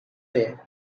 day